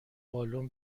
بالن